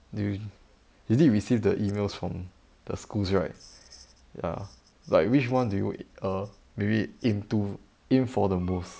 d~ did you receive the emails from the schools right ya like which [one] do you err maybe into in for the most